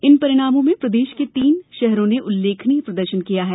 इन परिणामों में प्रदेश के तीनों शहरों ने उल्लेखनीय प्रदर्शन किया है